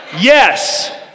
Yes